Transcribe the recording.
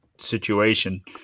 situation